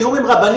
בתיאום עם רבנים,